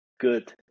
good